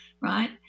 right